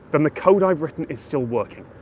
then the code i've written is still working.